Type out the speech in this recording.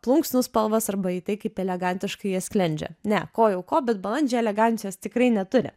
plunksnų spalvas arba į tai kaip elegantiškai jie sklendžia ne ko jau ko bet balandžiai elegancijos tikrai neturi